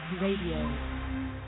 Radio